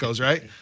right